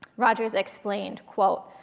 rogers explained, quote,